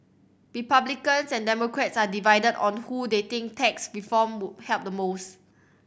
Republicans and Democrats are divided on who they think tax reform would help the most